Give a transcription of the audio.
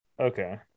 Okay